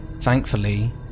Thankfully